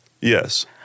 Yes